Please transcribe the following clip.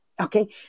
Okay